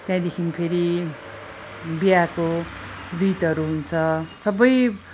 त्यहाँदेखि फेरि विवाहको रितहरू हुन्छ सबै